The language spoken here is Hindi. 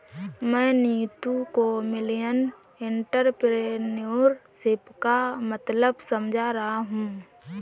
मैं नीतू को मिलेनियल एंटरप्रेन्योरशिप का मतलब समझा रहा हूं